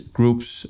Groups